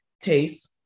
Taste